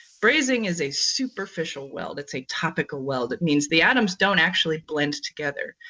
brazing is a superficial weld, it's a topical weld, that means the atoms don't actually blend together.